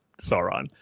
Sauron